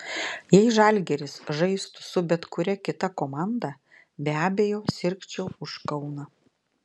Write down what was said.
jei žalgiris žaistų su bet kuria kita komanda be abejo sirgčiau už kauną